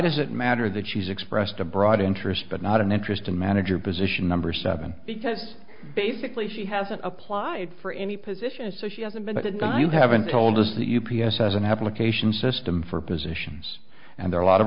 does it matter that she's expressed a broad interest but not an interest in manager position number seven because basically she hasn't applied for any position so she hasn't been a good guy you haven't told us that u p s has an application system for positions and there are a lot of